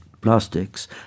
plastics